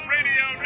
Radio